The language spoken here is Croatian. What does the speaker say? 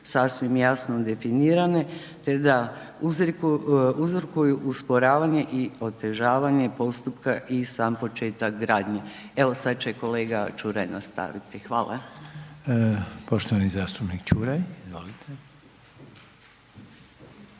sasvim jasno definirane te da uzrokuju usporavanje i otežavanje postupka i sam početak gradnje. Evo, sad će kolega Čuraj nastaviti. Hvala. **Reiner, Željko (HDZ)** Poštovani zastupnik Čuraj. Izvolite.